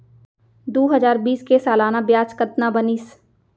दू हजार बीस के सालाना ब्याज कतना बनिस?